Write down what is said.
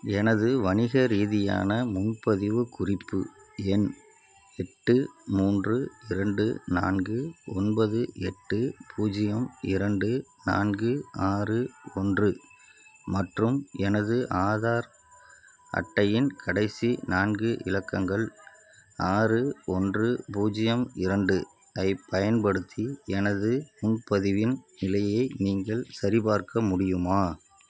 எனது வணிக ரீதியான முன்பதிவு குறிப்பு எண் எட்டு மூன்று இரண்டு நான்கு ஒன்பது எட்டு பூஜ்ஜியம் இரண்டு நான்கு ஆறு ஒன்று மற்றும் எனது ஆதார் அட்டையின் கடைசி நான்கு இலக்கங்கள் ஆறு ஒன்று பூஜ்ஜியம் இரண்டு ஐப் பயன்படுத்தி எனது முன்பதிவின் நிலையை நீங்கள் சரிபார்க்க முடியுமா